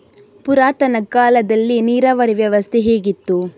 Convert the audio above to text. ಪುರಾತನ ಕಾಲದಲ್ಲಿ ನೀರಾವರಿ ವ್ಯವಸ್ಥೆ ಹೇಗಿತ್ತು?